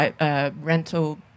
rental